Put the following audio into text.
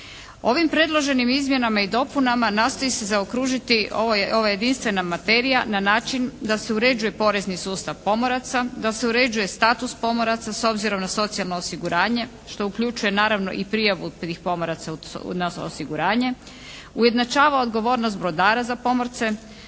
Ovim predloženim izmjenama i dopunama nastoji se zaokružiti ova jedinstvena materija na način da se uređuje porezni sustav pomoraca, da se uređuje status pomoraca s obzirom na socijalno osiguranje, što uključuje naravno i prijavu tih pomoraca na osiguranje, ujednačava odgovornost brodara za pomorce,